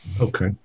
Okay